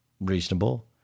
Reasonable